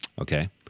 okay